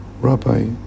Rabbi